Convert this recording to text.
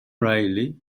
riley